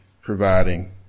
providing